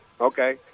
Okay